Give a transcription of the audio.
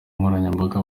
nkoranyambaga